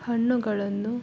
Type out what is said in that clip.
ಹಣ್ಣುಗಳನ್ನು